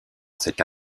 cette